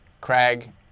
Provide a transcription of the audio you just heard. Craig